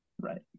right